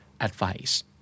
Advice